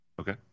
okay